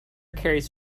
carries